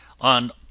on